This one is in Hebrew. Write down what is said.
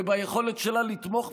וביכולת שלה לתמוך,